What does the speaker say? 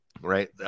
right